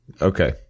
Okay